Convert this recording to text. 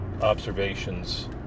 observations